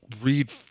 read